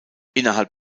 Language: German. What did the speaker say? innerhalb